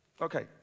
Okay